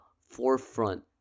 forefront